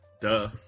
duh